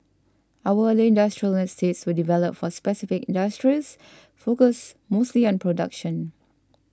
our earlier industrial estates were developed for specific industries focused mostly on production